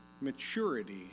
maturity